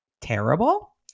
terrible